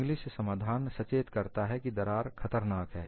English समाधान सचेत करता है कि दरार खतरनाक है